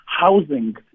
housing